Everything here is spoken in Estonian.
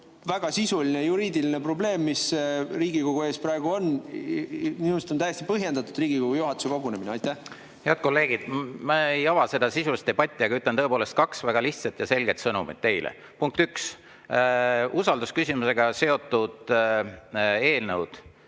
väga sisuline juriidiline probleem, mis Riigikogu ees praegu on. Minu arust oleks täiesti põhjendatud Riigikogu juhatuse kogunemine. Head kolleegid, ma ei ava seda sisulist debatti, aga ütlen kaks väga lihtsat ja selget sõnumit. Punkt üks, usaldusküsimusega seotud eelnõu